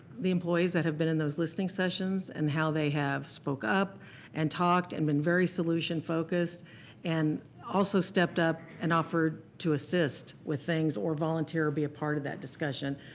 the employees that have been in those listing sessions and how they have spoke up and talked and been very solution-focused and also stepped up and offered to assist with things or volunteered to be a part of that discussion.